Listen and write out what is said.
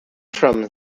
from